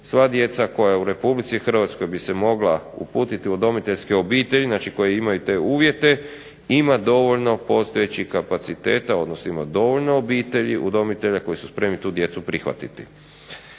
sva djeca koja u Republici Hrvatskoj bi se mogla uputiti u udomiteljske obitelji koji imaju te uvjete ima dovoljno postojećih kapaciteta, odnosno ima dovoljno obitelji, udomitelja koji su spremni tu djecu prihvatiti.